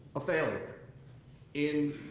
a failure in